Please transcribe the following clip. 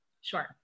Sure